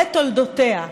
לתולדותיה,